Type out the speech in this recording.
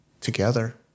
together